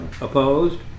Opposed